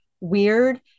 weird